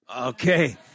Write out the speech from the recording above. Okay